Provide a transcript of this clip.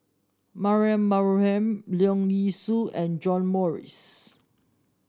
Mariam Baharom Leong Yee Soo and John Morrice